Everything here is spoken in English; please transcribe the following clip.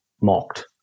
mocked